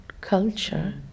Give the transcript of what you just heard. culture